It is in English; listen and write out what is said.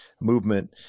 movement